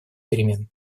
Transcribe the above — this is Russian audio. перемен